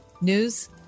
news